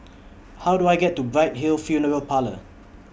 How Do I get to Bright Hill Funeral Parlour